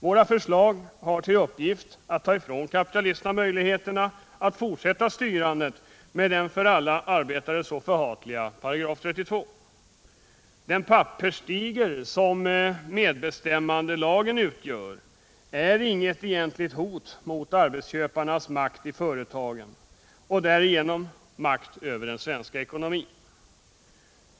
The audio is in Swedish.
Våra förslag har till uppgift att ta ifrån kapitalisterna möjligheterna att fortsätta styrandet med den för alla arbetare så förhatliga § 32. Den papperstiger som medbestämmandelagen utgör är inget egentligt hot mot arbetsköparnas makt i företagen och därigenom makt över den svenska ekonomin.